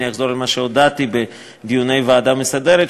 אני אחזור על מה שהודעתי בדיוני הוועדה המסדרת,